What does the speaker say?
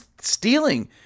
stealing